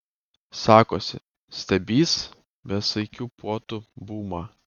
sakosi stebįs besaikių puotų bumą